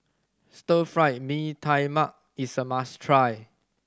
Stir Fry Mee Tai Mak is a must try